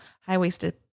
high-waisted